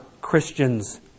Christians